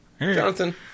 Jonathan